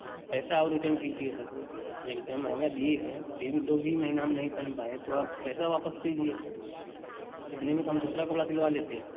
प पैसा आप रिटर्न कीजिए तब जब इतना महँगा दिये हैं फिर भी दो भी महीना हम नहीं पहन पाए तो अब पैसा वापस कीजिए इतने में तो हम दूसरा कपड़ा सिलवा लेते